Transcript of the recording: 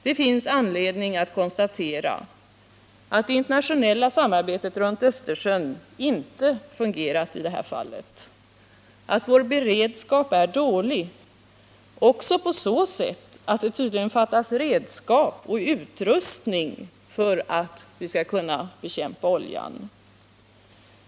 Det finns anledning att konstatera att det internationella samarbetet runt Östersjön inte fungerat i det här sammanhanget och att vår beredskap är dålig — också på så sätt att det tydligen fattas redskap och utrustning för att vi skall kunna bekämpa oljan.